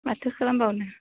माथो खालामबावनो